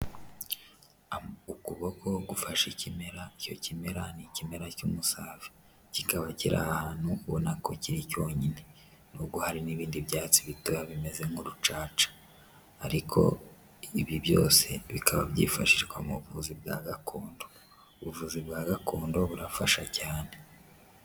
Ukuboko gufasha ikimera icyo kimera ni ikimera cy'umusave, kikaba kiri ahantu ubona ko kiri cyonyine n'ubwo hari n'ibindi byatsi bitoya bimeze nk'urucaca ariko ibi byose bikaba byifashishwa mu buvuzi bwa gakondo, ubuvuzi bwa gakondo burafasha cyane.